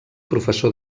professor